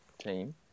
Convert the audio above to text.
team